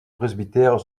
presbytère